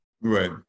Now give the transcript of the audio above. Right